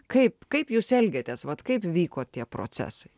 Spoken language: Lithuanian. kaip kaip jūs elgėtės vat kaip vyko tie procesai